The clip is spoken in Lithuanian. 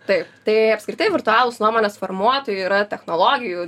taip tai apskritai virtualūs nuomonės formuotojai yra technologijų